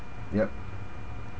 yup